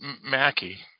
Mackie